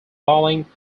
bowling